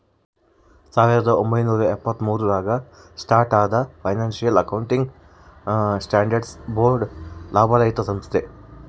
ಸಾವಿರದ ಒಂಬೈನೂರ ಎಪ್ಪತ್ತ್ಮೂರು ರಾಗ ಸ್ಟಾರ್ಟ್ ಆದ ಫೈನಾನ್ಸಿಯಲ್ ಅಕೌಂಟಿಂಗ್ ಸ್ಟ್ಯಾಂಡರ್ಡ್ಸ್ ಬೋರ್ಡ್ ಲಾಭರಹಿತ ಸಂಸ್ಥೆ